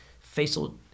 facial